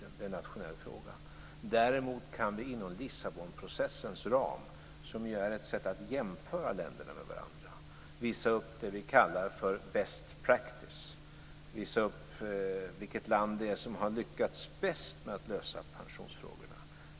Det är en nationell fråga. Däremot kan vi inom Lissabonprocessens ram, som ju är ett sätt att jämföra länderna med varandra, visa upp det vi kallar best practice, dvs. visa upp vilket land som har lyckats bäst med att lösa pensionsfrågorna.